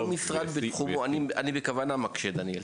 אני בכוונה מקשה, דניאל.